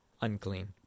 unclean